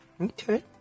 Okay